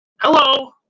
Hello